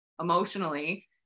emotionally